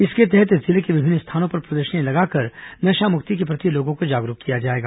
इसके तहत जिले के विभिन्न स्थानों पर प्रदर्शनी लगाकर नशामुक्ति के प्रति लोगों को जागरूक किया जाएगा